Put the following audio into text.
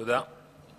תודה.